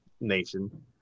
nation